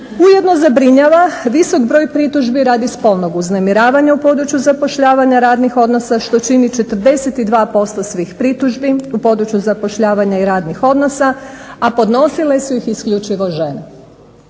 Ujedno zabrinjava visok broj pritužbi radi spolnog uznemiravanja u području zapošljavanja radnih odnosa što čini 42% svih pritužbi u području zapošljavanja i radnih odnosa, a podnosile su ih isključivo žene.